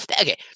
Okay